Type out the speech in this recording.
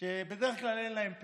שבדרך כלל אין להם פה.